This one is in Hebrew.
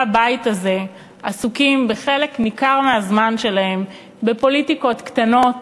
הבית הזה עסוקים חלק ניכר מהזמן הזה בפוליטיקות קטנות